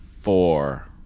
Four